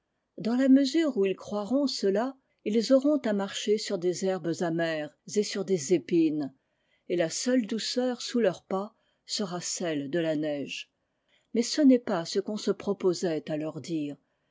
dans la mesure où ils croiront cela ils auront à marcher sur des herbes amères et sur des épines et la seule douceur sous leurs pas sera celle de la neige mais ce n'est pas ce qu'on se proposait de leur dire